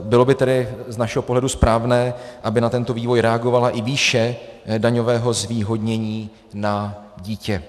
Bylo by tedy z našeho pohledu správné, aby na tento vývoj reagovala i výše daňového zvýhodnění na dítě.